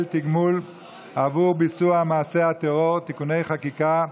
תגמול עבור ביצוע מעשה הטרור (תיקוני חקיקה),